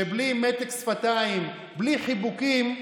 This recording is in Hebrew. שבלי מתק שפתיים, בלי חיבוקים,